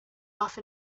off